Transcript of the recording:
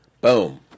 Boom